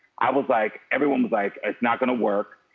i was like, everyone was like it's not gonna work.